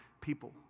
people